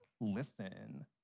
listen